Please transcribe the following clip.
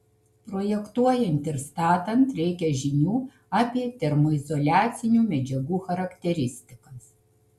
projektuojant ir statant reikia žinių apie termoizoliacinių medžiagų charakteristikas